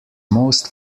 most